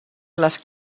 les